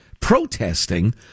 Protesting